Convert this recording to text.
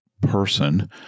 person